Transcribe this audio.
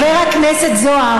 חבר הכנסת זוהר,